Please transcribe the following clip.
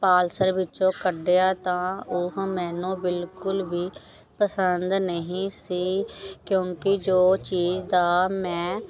parcel ਵਿੱਚੋਂ ਕੱਢਿਆ ਤਾਂ ਉਹ ਮੈਨੂੰ ਬਿਲਕੁਲ ਵੀ ਪਸੰਦ ਨਹੀਂ ਸੀ ਕਿਉਂਕਿ ਜੋ ਚੀਜ਼ ਦਾ ਮੈਂ